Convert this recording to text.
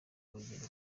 urugendo